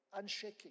unshaking